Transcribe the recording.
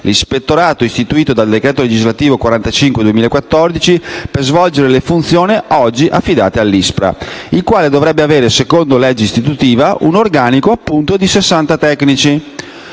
l'Ispettorato istituito dal decreto legislativo n. 45 del 2014 per svolgere le funzioni oggi affidate all'ISPRA, il quale dovrebbe avere, secondo la legge istitutiva, un organico di sessanta tecnici.